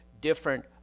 different